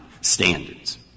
standards